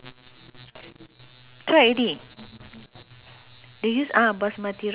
uh and then and I s~ I read in the papers about yishun hawker centre